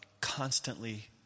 constantly